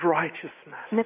righteousness